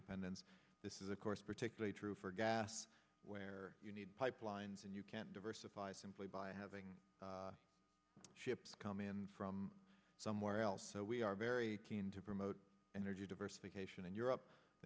dependence this is of course particularly true for gas where you need pipelines and you can't diversify simply by having ships come in from somewhere else so we are very keen to promote energy diversification in europe i